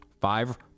Five